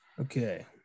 okay